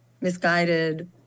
misguided